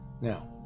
Now